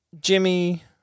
Jimmy